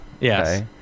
Yes